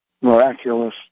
miraculous